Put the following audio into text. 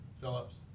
Phillips